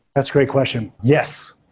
that's great question. yes.